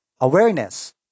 awareness